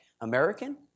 American